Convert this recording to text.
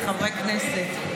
חברי הכנסת,